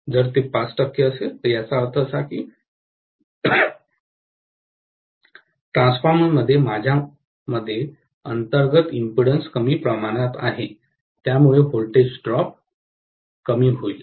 जर ते 5 टक्के असेल तर याचा अर्थ असा की ट्रान्सफॉर्मरमध्ये माझ्यामध्ये अंतर्गत इम्पीडंस कमी प्रमाणात आहे त्यामुळे व्होल्टेज ड्रॉप कमी होईल